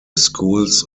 schools